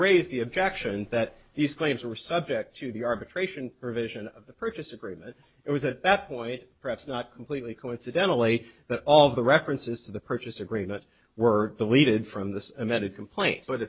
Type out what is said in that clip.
raise the objection that these claims were subject to the arbitration provision of the purchase agreement it was at that point perhaps not completely coincidentally that all the references to the purchase agreement were deleted from the amended complaint but